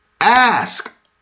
ask